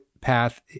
path